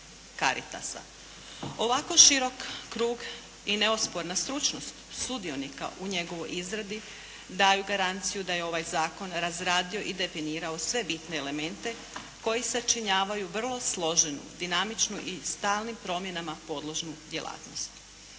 Ovako širok krug i neosporna stručnog sudionika u njegovoj izradi daju garanciju da je ovaj zakon razradio i definirao sve bitne elemente koji sačinjavaju vrlo složenu dinamičnu i stalnim promjenama podložnu djelatnost.